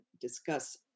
discuss